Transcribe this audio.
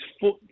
foot